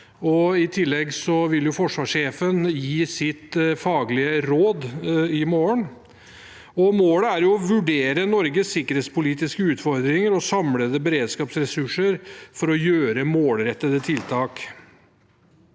I tillegg vil forsvarssjefen gi sitt faglige råd i morgen. Målet er å vurdere Norges sikkerhetspolitiske utfordringer og samlede beredskapsressurser for å gjøre målrettede tiltak.